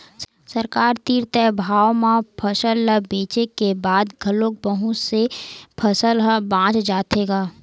सरकार तीर तय भाव म फसल ल बेचे के बाद घलोक बहुत से फसल ह बाच जाथे गा